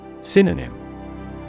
Synonym